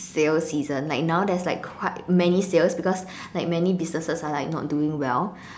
sale season like now there's like quite many sales because like many businesses are like not doing well